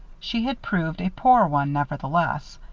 she had proved a poor one, nevertheless.